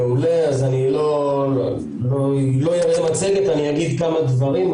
לא אראה את המצגת, אני אגיד כמה דברים.